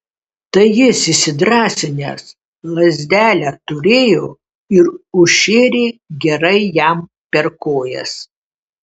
tai jis įsidrąsinęs lazdelę turėjo ir užšėrė gerai jam per kojas